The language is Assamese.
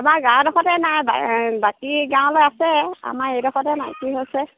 আমাৰ গাঁৱৰডোখৰতে নাই বাকী গাঁৱলৈ আছে আমাৰ এইডোখৰতে নাই কি হৈছে